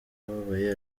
ababaye